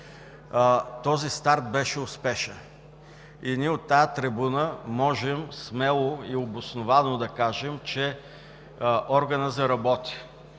Този старт беше успешен и ние от тази трибуна можем смело и обосновано да кажем, че органът заработи.